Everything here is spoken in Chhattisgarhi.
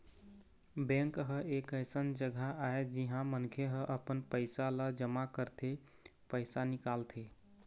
बेंक ह एक अइसन जघा आय जिहाँ मनखे ह अपन पइसा ल जमा करथे, पइसा निकालथे